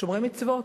שומרי מצוות,